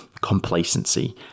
complacency